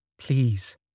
Please